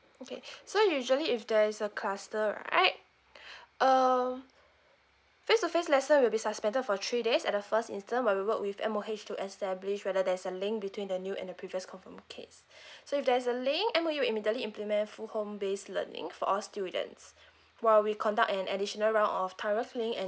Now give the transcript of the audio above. okay so usually if there's a cluster right um face to face lesson will be suspended for three days at the first instant when we work with M_O_H to establish whether there's a link between the new and the previous confirmed case so if there's a link M_S_F will immediately implement full home based learning for all students while we conduct an additional round of thorough cleaning and